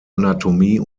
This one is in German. anatomie